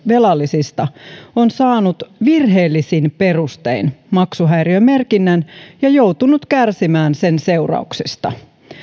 velallisista on saanut virheellisin perustein maksuhäiriömerkinnän ja joutunut kärsimään sen seurauksista